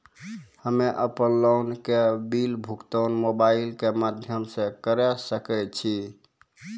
हम्मे अपन लोन के बिल भुगतान मोबाइल के माध्यम से करऽ सके छी?